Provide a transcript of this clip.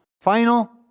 final